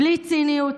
בלי ציניות,